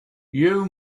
you